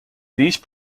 these